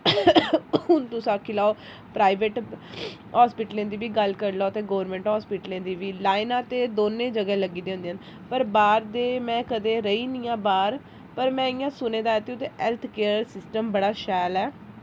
हून तुस आक्खी लाओ प्राइवेट अस्पतालें दी बी गल्ल करी लाओ ते गौरमेंट अस्पतालें दी बी लाइनां ते दोनें जगहं लग्गी दियां होंदियां न पर बाह्र ते में कदें रेही निं ऐं बाह्र पर में इ'यां सुने दा कि उं'दे कि हैल्थ केयर सिस्टम बड़ा शैल ऐ